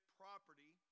property